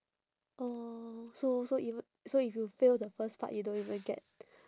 orh so so eve~ so if you fail the first part you don't even get